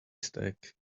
stack